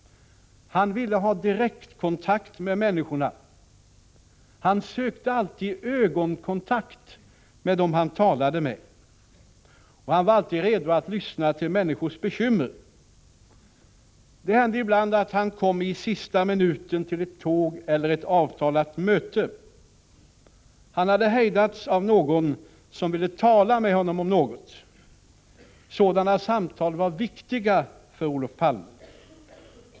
Han ville ha direktkontakt med människorna. Han sökte alltid ögonkontakt med dem han talade med. Han var alltid redo att lyssna till människors bekymmer. Det hände ibland att han kom i sista minuten till ett tåg eller ett avtalat möte. Han hade hejdats av någon som ville tala med honom om något. Sådana samtal var viktiga för Olof Palme.